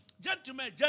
Gentlemen